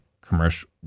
commercial